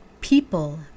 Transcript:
people